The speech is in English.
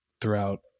throughout